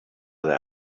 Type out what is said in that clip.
their